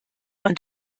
man